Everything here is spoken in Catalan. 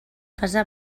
casa